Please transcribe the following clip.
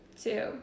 Two